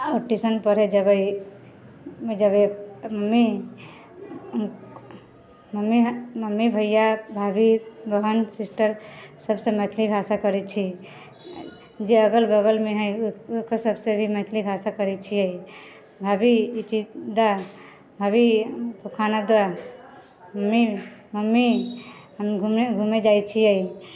tuition पढ़ै जेबै जेबै मम्मी भैया भाभी बहन सिस्टर सबसँ मैथिली भाषा करै छी जे अगल बगलमे है ओकरो सबसँ भी मैथिली भाषा करै छियै भाभी ई चीज दअ भाभी खाना दअ मम्मी मम्मी हम घूमै घूमै जाइ छियै